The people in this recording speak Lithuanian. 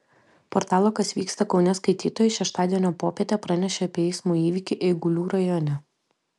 portalo kas vyksta kaune skaitytojai šeštadienio popietę pranešė apie eismo įvykį eigulių rajone